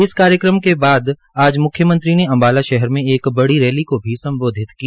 इस कार्यक्रम के बाद म्ख्यमंत्री ने अम्बाला शहर में एक बड़ी रैली को भी सम्बोधित किया